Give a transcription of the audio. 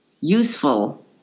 useful